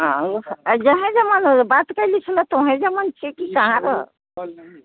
अऽ जहि जमन बात कैले छलहुँ तहि जमन छी कि अहाँसब